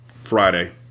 Friday